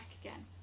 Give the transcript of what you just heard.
again